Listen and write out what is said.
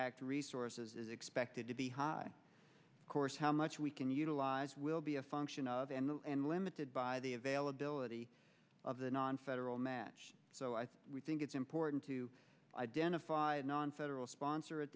act resources is expected to be high course how much we can utilize will be a function of and limited by the availability of the nonfederal match so i think it's important to identify nonfederal sponsor at